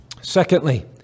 Secondly